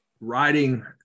writing